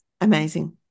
amazing